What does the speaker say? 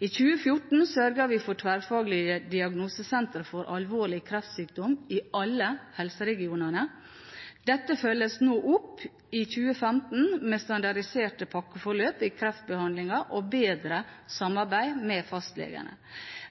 I 2014 sørget vi for tverrfaglige diagnosesentre for alvorlig kreftsykdom i alle helseregionene. Dette følges nå opp i 2015 med standardiserte pakkeforløp i kreftbehandlingen og bedre samarbeid med fastlegene.